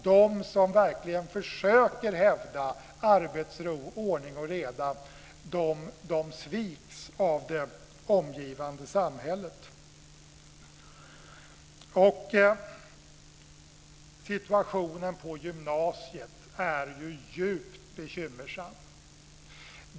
De som verkligen försöker hävda arbetsro, ordning och reda sviks av det omgivande samhället. Situationen på gymnasiet är djupt bekymmersam.